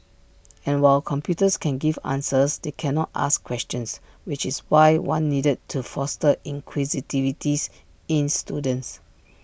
and while computers can give answers they cannot ask questions which is why one needed to foster inquisitiveness in students